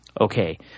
Okay